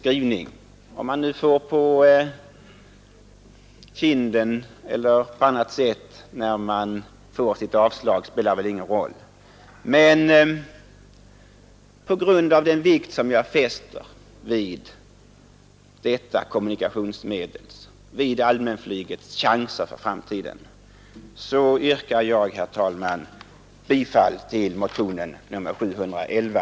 Om avslaget träffar kinden eller om det känns på något annat sätt spelar väl ingen roll, men på grund av den vikt jag fäst vid allmänflygets chanser för framtiden yrkar jag, herr talman, bifall till motionen 711.